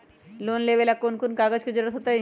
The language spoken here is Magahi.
लोन लेवेला कौन कौन कागज के जरूरत होतई?